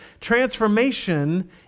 transformation